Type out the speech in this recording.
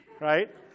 right